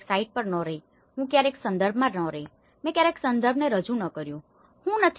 હું ક્યારેય સાઇટ પર રહ્યો નથી હું ક્યારેય સંદર્ભમાં રહ્યો નથી મેં ક્યારેય સંદર્ભને રજુ કર્યુ નથી